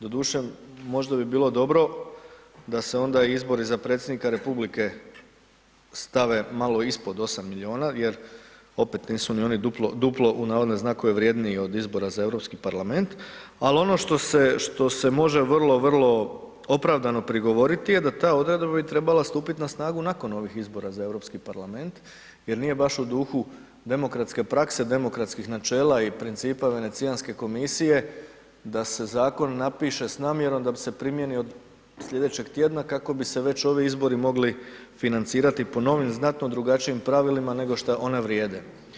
Doduše, možda bi bilo dobro da se onda izbori za predsjednika Republike stave malo ispod 8 milijuna, jer opet nisu ni oni duplo, duplo u navodne znakove vrjedniji od izbora za Europski parlament, ali ono što se, što se može vrlo, vrlo opravdano prigovoriti je da ta odredba bi trebala stupiti na snagu nakon ovih izbora za Europski parlament, jer nije baš u duhu demokratske prakse, demokratskih načela i principa Venecijanske komisije da se Zakon napiše s namjerom da bi se primjeni od sljedećeg tjedna, kako bi se već ovi izbori mogli financirati po novim, znatno drugačijim pravilima nego šta oni vrijede.